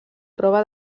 prova